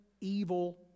evil